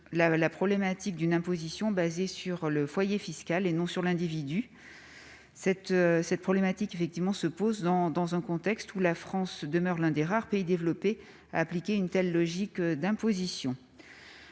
la problématique d'une imposition basée sur le foyer fiscal, et non sur l'individu. Cette question se pose dans un contexte où la France demeure l'un des rares pays développés à appliquer une telle logique d'imposition.